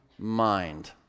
mind